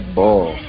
ball